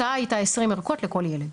כן, ההקצאה הייתה 20 ערכות לכל ילד.